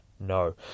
No